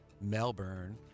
Melbourne